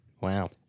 Wow